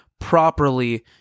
properly